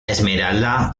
esmeralda